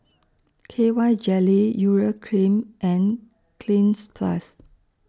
K Y Jelly Urea Cream and Cleanz Plus